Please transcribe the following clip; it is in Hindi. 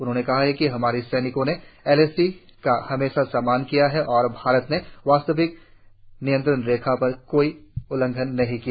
उन्होंने कहा कि हमारे सैनिकों ने एलएसी का हमेशा सम्मान किया है और भारत ने वास्तविक नियंत्रण रेखा पर कभी कोई उल्लंघन नहीं किया